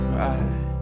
right